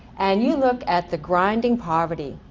and you look at the grinding poverty,